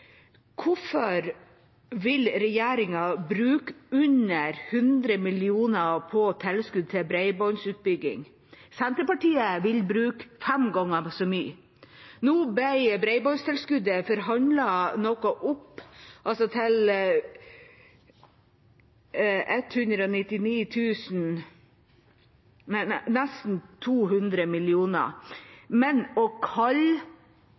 Hvorfor vil regjeringen bruke under 100 mill. kr på tilskudd til bredbåndsutbygging? Senterpartiet vil bruke fem ganger så mye. Nå ble bredbåndstilskuddet forhandlet noe opp, til nesten 200 mill. kr, men å